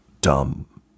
dumb